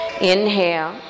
Inhale